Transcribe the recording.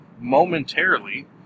momentarily